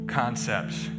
concepts